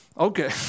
Okay